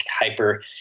hyper